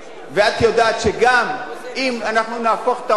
ואת יודעת שגם אם אנחנו נהפוך את העולם,